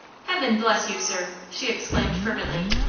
heaven bless you, sir! she exclaimed, fervently.